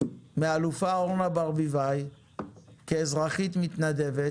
מאלופה אורנה ברביבאי כאזרחית מתנדבת